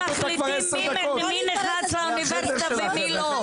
אתם מחליטים מי ניכס לאוניברסיטה ומי לא.